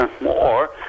more